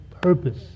purpose